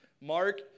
Mark